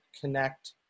connect